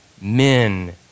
men